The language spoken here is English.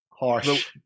Harsh